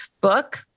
book